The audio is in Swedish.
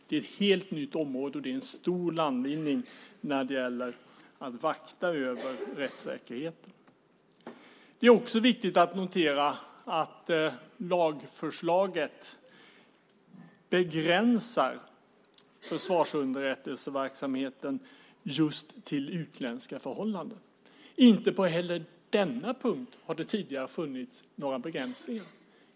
Det är ett helt nytt område och en stor landvinning när det gäller att vakta över rättssäkerheten. Det är också viktigt att notera att lagförslaget begränsar försvarsunderrättelseverksamheten till just utländska förhållanden. Inte heller på denna punkt har det tidigare funnits några begränsningar.